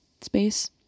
space